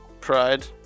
pride